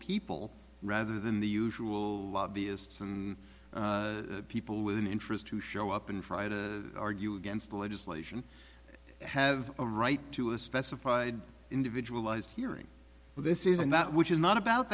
people rather than the usual lobbyists and people with an interest to show up and try to argue against the legislation have a right to a specified individual ised hearing this isn't that which is not about